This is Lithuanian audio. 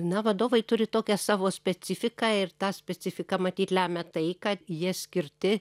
na vadovai turi tokią savo specifiką ir tą specifiką matyt lemia tai kad jie skirti